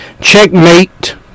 Checkmate